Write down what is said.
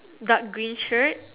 dark green shirt